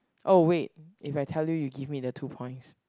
oh wait if I tell you you give me the two points